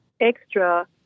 extra